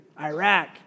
Iraq